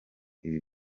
ibi